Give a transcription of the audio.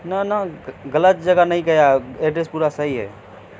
نہ نہ غلط جگہ نہیں گیا ایڈریس پورا صحیح ہے